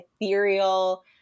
ethereal